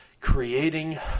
creating